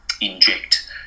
inject